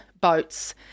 boats